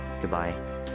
Goodbye